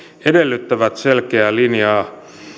edellyttävät selkeää linjaa